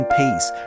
peace